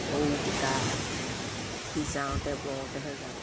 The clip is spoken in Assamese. সৰু সূতা সিজাওঁতে বওঁতেহে জানো